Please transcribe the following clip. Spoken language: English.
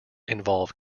involve